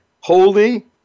holy